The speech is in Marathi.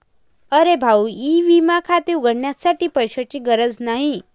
अरे भाऊ ई विमा खाते उघडण्यासाठी पैशांची गरज नाही